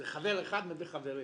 זה חבר אחד מביא חברים.